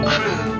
Crew